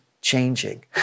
changing